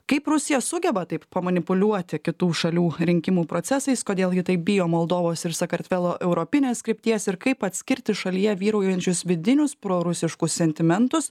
kaip rusija sugeba taip manipuliuoti kitų šalių rinkimų procesais kodėl ji taip bijo moldovos ir sakartvelo europinės krypties ir kaip atskirti šalyje vyraujančius vidinius prorusiškus sentimentus